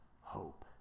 hope